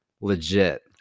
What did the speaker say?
Legit